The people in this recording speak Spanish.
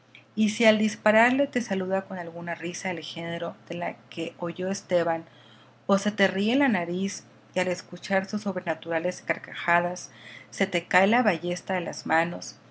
y si al dispararle te saluda con alguna risa del género de la que oyó esteban o se te ríe en la nariz y al escuchar sus sobrenaturales carcajadas se te cae la ballesta de las manos